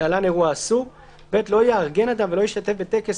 (להלן - אירוע אסור); (ב) לא יארגן אדם ולא ישתתף בטקס,